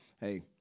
hey